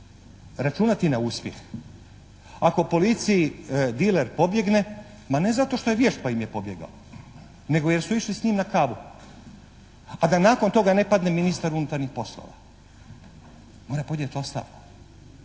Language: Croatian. računati na uspjeh ako policiji diler pobjegne, ma ne zato što je vješt pa im je pobjegao nego jer su išli s njim na kavu, a da nakon toga ne padne ministar unutarnjih poslova. Mora podnijeti ostavku,